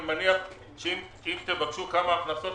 אני מניח שאם תבקשו כמה הכנסות,